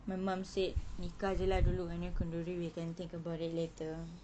my mum said nikah jer lah dulu and then kenduri we can think about it later